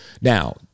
Now